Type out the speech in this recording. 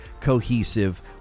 cohesive